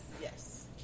Yes